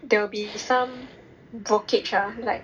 there will be some brokage uh like